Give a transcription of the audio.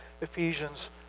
Ephesians